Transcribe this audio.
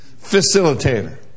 facilitator